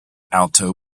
alto